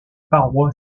parois